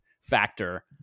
factor